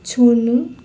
छोड्नु